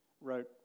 wrote